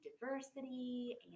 diversity